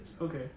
Okay